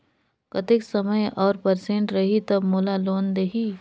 कतेक समय और परसेंट रही तब मोला लोन देही?